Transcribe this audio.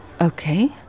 Okay